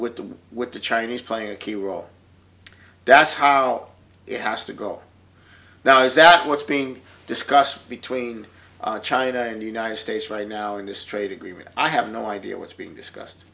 do with the chinese playing a key role that's how it has to go now is that what's being discussed between china and the united states right now in this trade agreement i have no idea what's being discussed